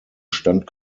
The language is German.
stand